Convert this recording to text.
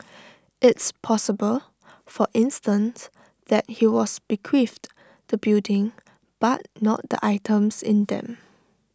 it's possible for instance that he was bequeathed the building but not the items in them